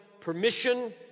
permission